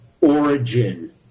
origin